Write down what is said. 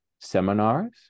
seminars